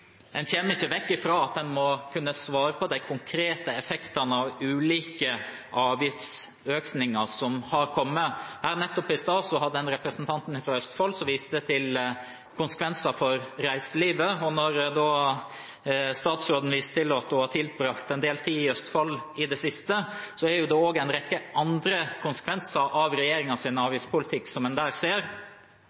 En kommer ikke vekk ifra at en må kunne svare på de konkrete effektene av ulike avgiftsøkninger som har kommet. Her nettopp, i stad, var det en representant fra Østfold som viste til konsekvenser for reiselivet. Statsråden viser til at hun har tilbrakt en del tid i Østfold i det siste, og der ser en også en rekke andre konsekvenser av regjeringens avgiftspolitikk. Vi hadde flypassasjeravgiften, som